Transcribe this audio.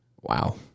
Wow